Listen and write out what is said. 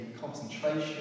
concentration